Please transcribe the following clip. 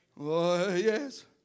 Yes